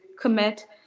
commit